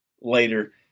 later